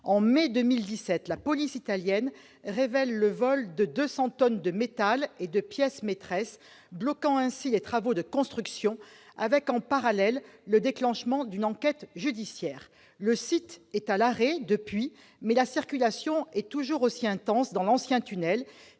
En mai 2017, la police italienne révèle le vol de 200 tonnes de métal et de pièces maîtresses, bloquant les travaux de construction avec, en parallèle, le déclenchement d'une enquête judiciaire. Le site est à l'arrêt depuis, mais la circulation est toujours aussi intense dans l'ancien tunnel